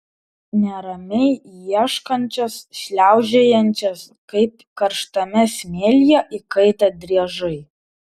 neramiai ieškančias šliaužiojančias kaip karštame smėlyje įkaitę driežai